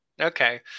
okay